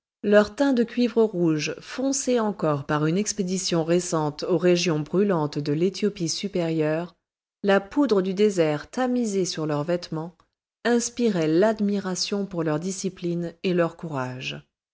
leur teint de cuivre rouge foncé encore par une expédition récente aux régions brûlantes de l'éthiopie supérieure la poudre du désert tamisée sur leurs vêtements inspiraient l'admiration pour leur discipline et leur courage